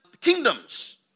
kingdoms